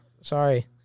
Sorry